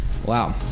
Wow